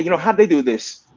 you know, how'd they do this?